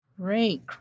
Great